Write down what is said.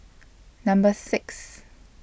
Number six